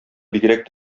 бигрәк